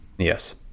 Yes